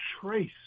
trace